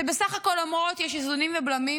שבסך הכול אומרות: יש איזונים ובלמים,